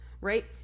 Right